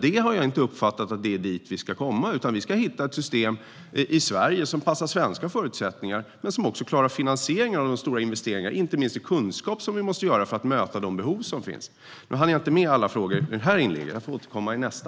Jag har inte uppfattat att det är dit vi ska komma, utan vi ska hitta ett system i Sverige som passar svenska förutsättningar och som också klarar finansieringen av de stora investeringarna inte minst i kunskap som vi måste göra för att möta de behov som finns. Nu hann jag inte med alla frågor i det här inlägget, så jag får återkomma i nästa.